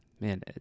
Man